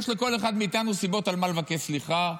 יש לכל אחד מאתנו סיבות על מה לבקש סליחה,